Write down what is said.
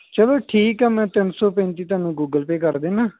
ਚਲੋ ਠੀਕ ਹੈ ਮੈਂ ਤਿੰਨ ਸੌ ਪੈਂਤੀ ਤੁਹਾਨੂੰ ਗੂਗਲ ਪੇਅ ਕਰ ਦਿੰਦਾ